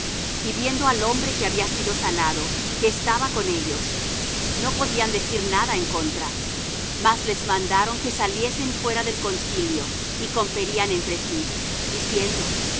y viendo al hombre que había sido sanado que estaba con ellos no podían decir nada en contra mas les mandaron que se saliesen fuera del concilio y conferían entre sí diciendo